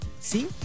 see